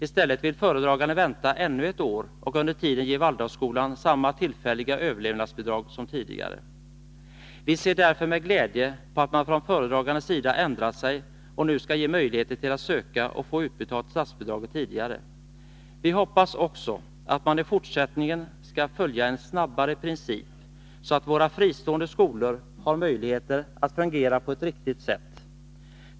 I stället vill föredraganden vänta ännu ett år och under tiden ge Waldorfskolorna samma tillfälliga överlevnadsbidrag som tidigare. Vi ser därför med glädje på att föredraganden ändrat sig och nu skall ge möjlighet till att söka och få utbetalat statsbidraget tidigare. Vi hoppas också, att man i fortsättningen skall följa en snabbare princip, så att våra fristående skolor har möjligheter att fungera på ett riktigt sätt.